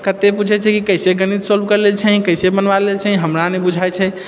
कते पुछै छै कि कैसे गणित सोल्व करि लेल छै कैसे बना लए छै हमरा नहि बुझाइ छै